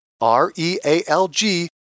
R-E-A-L-G